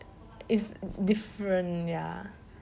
is different ya